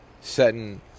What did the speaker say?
setting